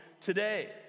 today